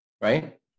right